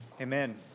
Amen